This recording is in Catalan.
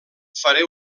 faré